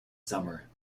summer